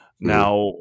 Now